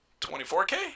24K